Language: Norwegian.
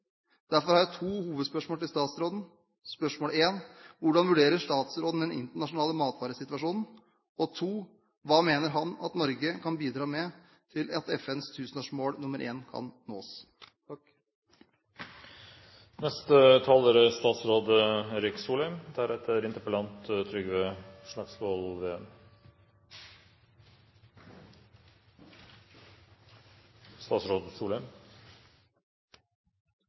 Derfor har jeg to hovedspørsmål til statsråden: Hvordan vurderer statsråden den internasjonale matvaresituasjonen? Og hva mener han at Norge kan bidra med for at FNs tusenårsmål nr. 1 kan nås?